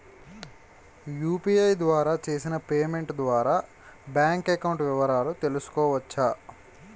UPI ద్వారా చేసిన payment ద్వారా బ్యాంక్ అకౌంట్ వివరాలు తెలుసుకోవచ్చ?